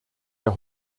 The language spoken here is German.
der